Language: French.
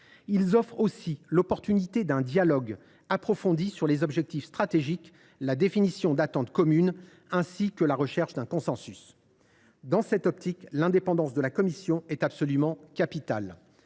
Ils offrent aussi l’occasion d’un dialogue approfondi sur les objectifs stratégiques et la définition d’attentes communes, ainsi que la recherche d’un consensus. Dans cette optique, l’indépendance de la commission est absolument capitale.